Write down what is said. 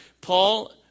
Paul